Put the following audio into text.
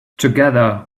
together